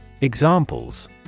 Examples